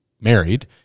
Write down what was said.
married